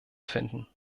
finden